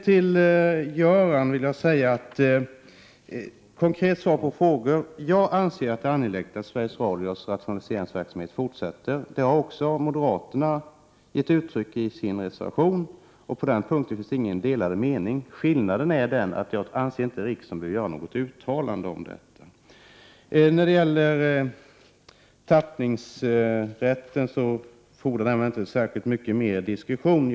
Till Göran Åstrand vill jag ge konkreta svar på hans frågor: Jag anser att det är angeläget att Sveriges Radios rationaliseringsverksamhet fortsätter. Detta har också moderaterna gett uttryck för i sin reservation. På den punkten finns inga delade meningar. Skillnaden är att jag inte anser att riksdagen behöver göra något uttalande i den frågan. Frågan om tappningsrätten fordrar inte mycket mer diskussion.